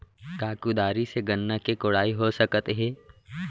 का कुदारी से गन्ना के कोड़ाई हो सकत हे?